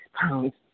pounds